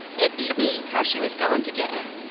it beat me, how she was goin' to get in.